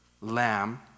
lamb